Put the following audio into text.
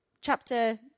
chapter